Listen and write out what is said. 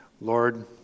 Lord